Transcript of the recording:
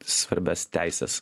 svarbias teises